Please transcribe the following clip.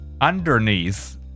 underneath